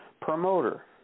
promoter